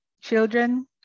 Children